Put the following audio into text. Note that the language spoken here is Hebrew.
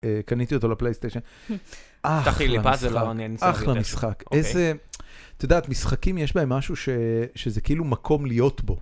קניתי אותו לפלייסטיישן, אחלה משחק, אחלה משחק, איזה... אתה יודע, משחקים יש בהם משהו שזה כאילו מקום להיות בו.